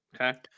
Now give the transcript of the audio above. okay